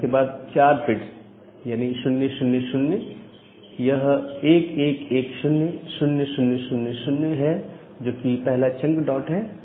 और इसके बाद चार 0000 है यानी यह 1110 0000 है जो पहला चंक डॉट है